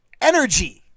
energy